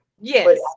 Yes